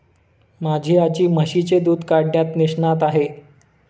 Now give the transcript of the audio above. माझी आजी म्हशीचे दूध काढण्यात निष्णात आहे